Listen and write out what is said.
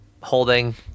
Holding